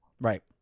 Right